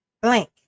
blank